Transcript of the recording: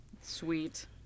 Sweet